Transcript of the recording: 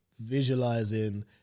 visualizing